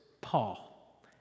Paul